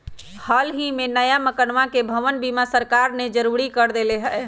हल ही में नया मकनवा के भवन बीमा सरकार ने जरुरी कर देले है